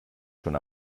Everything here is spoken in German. schon